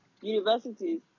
universities